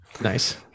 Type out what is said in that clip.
Nice